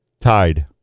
Tide